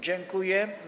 Dziękuję.